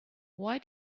why